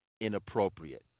inappropriate